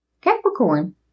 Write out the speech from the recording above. Capricorn